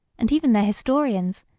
and even their historians,